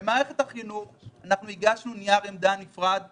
לגבי מערכת החינוך אנחנו הגשנו נייר עמדה נפרד נוסף.